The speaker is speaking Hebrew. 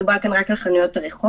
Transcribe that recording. מדובר כאן רק על חנויות רחוב.